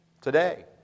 today